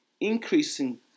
Increasing